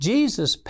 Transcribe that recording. Jesus